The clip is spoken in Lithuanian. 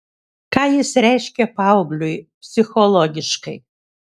ką jis reiškia paaugliui psichologiškai